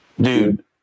Dude